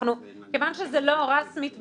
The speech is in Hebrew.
כיוון שזה לא רשמית בחוק,